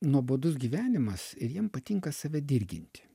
nuobodus gyvenimas ir jiem patinka save dirginti